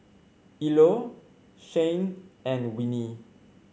Ilo Shane and Winnie